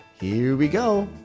here we go!